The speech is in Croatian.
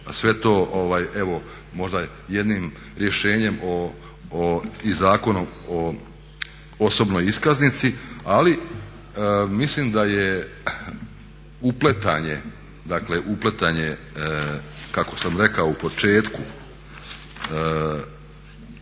evo možda jednim rješenjem i Zakonom o osobnoj iskaznici, ali mislim da je uplitanje kako sam rekao u početku